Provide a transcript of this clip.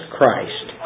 Christ